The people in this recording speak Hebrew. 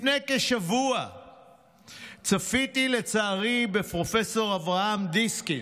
לפני כשבוע צפיתי לצערי בפרופ' אברהם דיסקין,